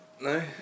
No